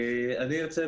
אני ארצה,